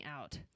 out